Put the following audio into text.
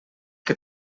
que